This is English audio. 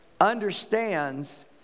understands